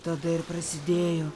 tada ir prasidėjo